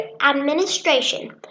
administration